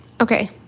Okay